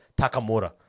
Takamura